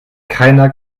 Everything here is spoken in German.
keiner